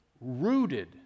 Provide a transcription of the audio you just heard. rooted